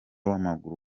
w’amaguru